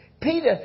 Peter